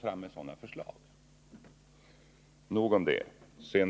Nog om det!